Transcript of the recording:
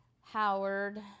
Howard